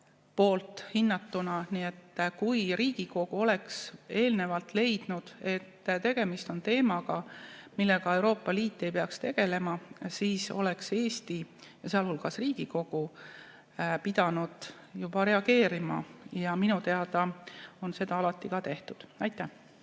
sealhulgas ka Riigikogus. Kui Riigikogu oleks eelnevalt leidnud, et tegemist on teemaga, millega Euroopa Liit ei peaks tegelema, siis oleks Eesti, sealhulgas Riigikogu pidanud juba varem reageerima. Ja minu teada on seda alati ka tehtud. Aitäh!